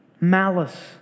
malice